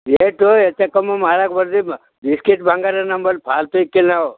rate ಹೆಚ್ಚು ಕಮ್ಮಿ ಮಾಡೋಕೆ ಬಳಿ ಮ ಬಿಸ್ಕಿಟ್ ಬಂಗಾರ ನಂಬಳಿ ಪಾಲ್ತಿ ಕಿಲಾವ್